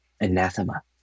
anathema